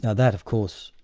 and that of course,